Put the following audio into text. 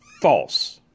False